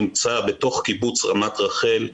שנמצא בתוך קיבוץ רמת רחל,